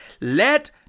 let